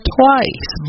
twice